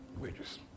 wages